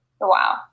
wow